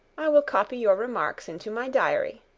i will copy your remarks into my diary.